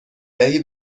دهی